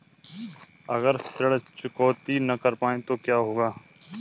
अगर ऋण चुकौती न कर पाए तो क्या होगा?